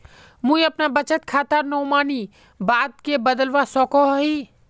मुई अपना बचत खातार नोमानी बाद के बदलवा सकोहो ही?